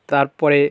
তারপরে